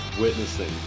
witnessing